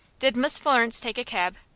did miss florence take a cab?